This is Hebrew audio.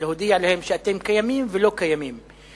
להודיע להם: אתם קיימים ולא קיימים,